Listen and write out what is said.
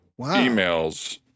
emails